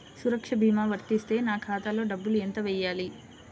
సురక్ష భీమా వర్తిస్తే నా ఖాతాలో డబ్బులు ఎంత వేయాలి?